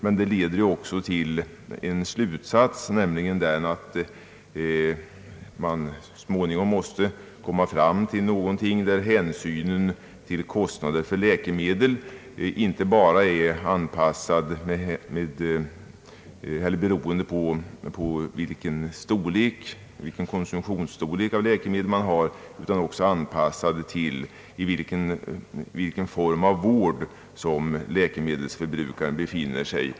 Men detta leder också till en slutsats, nämligen den, att man så småningom måste komma fram till någonting där hänsynen till kostnader för läkemedel inte bara är beroende på vilken konsumtionsstorlek av läkemedel man har utan också avpassad till den form av vård som läkemedelsförbrukaren befinner sig i.